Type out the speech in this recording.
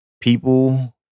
people